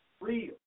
real